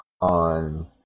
on